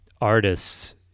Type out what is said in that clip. artists